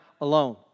alone